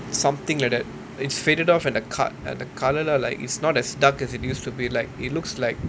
something like that it's faded off and the col~ the colour lah like it's not as dark as it used to be like it looks like